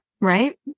right